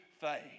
faith